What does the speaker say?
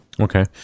Okay